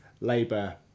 Labour